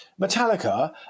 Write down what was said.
Metallica